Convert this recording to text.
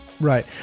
Right